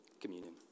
communion